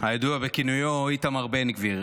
הידוע בכינויו איתמר בן גביר.